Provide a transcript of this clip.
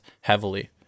heavily